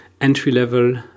entry-level